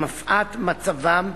מפאת מצבם,